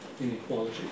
inequality